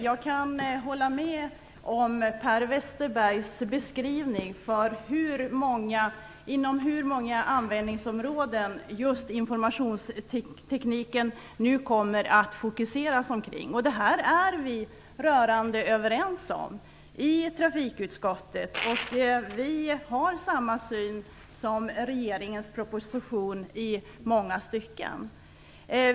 Jag kan hålla med Per Westerberg om den beskrivning han gav av hur många användningsområden just informationstekniken nu kommer att fokuseras på. Det här är vi rörande överens om i trafikutskottet. Vi har samma syn på detta som i många stycken framkommer i regeringens proposition.